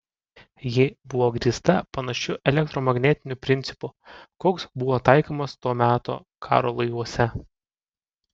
ji buvo grįsta panašiu elektromagnetiniu principu koks buvo taikomas to meto karo laivuose